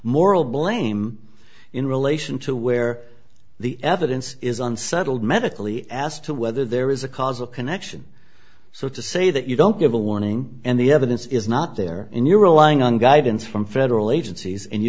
moral blame in relation to where the evidence is unsettled medically asked whether there is a causal connection so to say that you don't give a warning and the evidence is not there and you are lying on guidance from federal agencies and you